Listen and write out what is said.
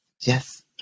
yes